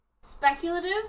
speculative